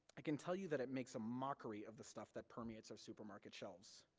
i can tell you that it makes a mockery of the stuff that permeates our supermarket shelves.